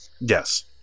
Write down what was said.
yes